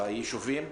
ביישובים.